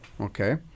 okay